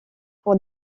pour